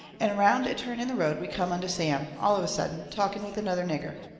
and around a turn in the road we come onto sam, all of a sudden, talking with another nigger.